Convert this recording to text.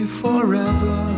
forever